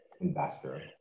investor